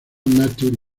nature